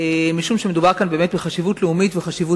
משום שמדובר כאן באמת בחשיבות לאומית ובחשיבות